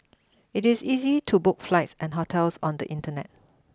it is easy to book flights and hotels on the internet